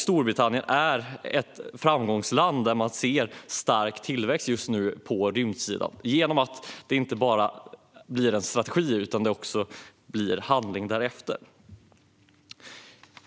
Storbritannien är ett framgångsland, där man just nu ser stark tillväxt på rymdsidan genom att det inte bara blev en strategi utan också blir handling därefter.